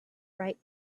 write